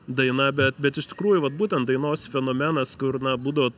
daina bet bet iš tikrųjų vat būtent dainos fenomenas kur na būdavo